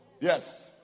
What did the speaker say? Yes